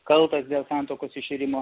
kaltas dėl santuokos iširimo